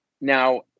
Now